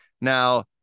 Now